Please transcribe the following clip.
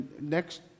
next